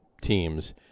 teams